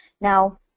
Now